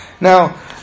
Now